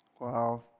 Wow